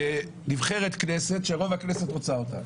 ונבחרת כנסת שרוב הכנסת רוצה אותה.